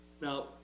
Now